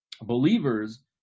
believers